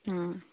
ആ